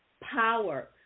power